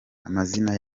amazina